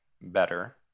better